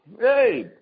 Hey